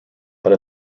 but